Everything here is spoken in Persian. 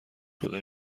شده